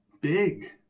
big